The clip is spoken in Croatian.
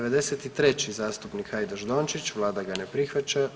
93. zastupnik Hajdaš Dončić, vlada ga ne prihvaća.